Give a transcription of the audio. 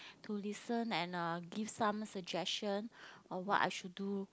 to listen and uh give some suggestion on what I should do